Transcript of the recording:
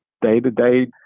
day-to-day